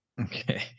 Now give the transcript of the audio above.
Okay